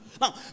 Now